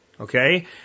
Okay